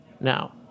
now